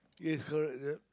yes correct yup